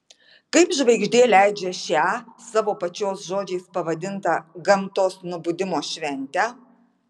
kaip žvaigždė leidžią šią savo pačios žodžiais pavadintą gamtos nubudimo šventę